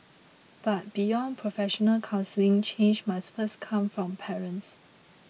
but beyond professional counselling change must first come from parents